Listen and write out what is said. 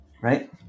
right